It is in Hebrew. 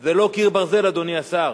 זה לא קיר ברזל, אדוני השר.